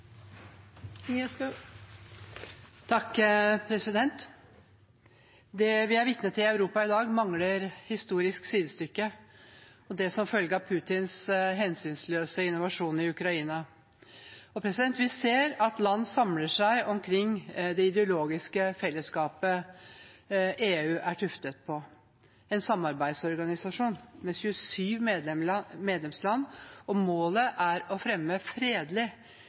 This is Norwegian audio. vitne til i Europa i dag, mangler historisk sidestykke, og det er som følge av Putins hensynsløse invasjon av Ukraina. Vi ser at land samler seg omkring det ideologiske fellesskapet EU er tuftet på. Det er en samarbeidsorganisasjon med 27 medlemsland, og målet er å fremme fredelig